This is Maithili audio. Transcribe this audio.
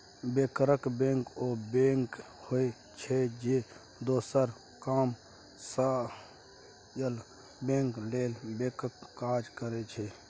बैंकरक बैंक ओ बैंक होइ छै जे दोसर कामर्शियल बैंक लेल बैंकक काज करै छै